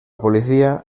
policía